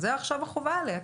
זו עכשיו החובה עליה,